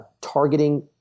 targeting